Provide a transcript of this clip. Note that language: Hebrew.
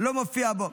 לא מופיע בו,